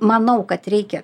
manau kad reikia